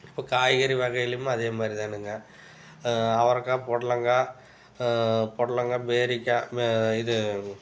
இப்போ காய்கறி வகையிலையுமே அதே மாதிரி தானுங்க அவரக்காய் பொடலங்காய் பொடலங்காய் பேரிக்காய் மே இது